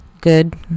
good